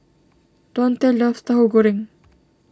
Dontae loves Tauhu Goreng